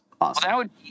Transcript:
Awesome